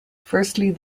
firstly